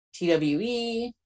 TWE